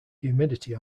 humidity